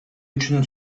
үчүн